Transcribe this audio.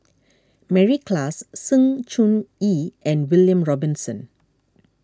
Mary Klass Sng Choon Yee and William Robinson